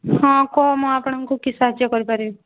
ହଁ କହ ମୁଁ ଆପଣଙ୍କୁ କି ସାହାଯ୍ୟ କରିପାରିବି